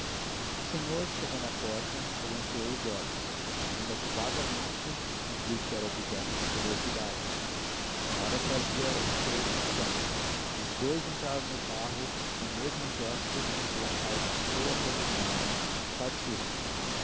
o senhor chegando à porta relanceou os olhos ainda que vagamente e viu que era objeto de curiosidade a senhora trazia os seus no chão e os dous entraram no carro com o mesmo gesto o lacaio bateu a portinhola e partiram